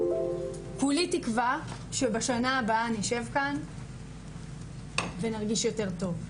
כולי תקווה שבשנה הבאה נשב כאן ונרגיש יותר טוב.